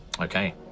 Okay